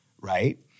right